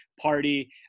party